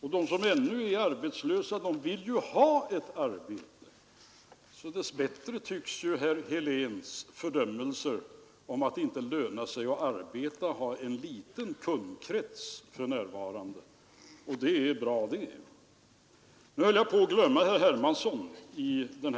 Vad som var det avgörande var ju att vi införde prisstoppet, att vi helt enkelt var tvingade att exakt på samma sätt som 1970, när vi införde prisstopp, också se till att vi höll avtalsutfästelserna gentemot jordbruket.